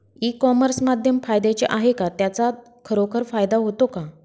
E commerce माध्यम फायद्याचे आहे का? त्याचा खरोखर फायदा होतो का?